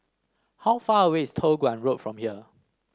how far away is Toh Guan Road from here